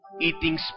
eating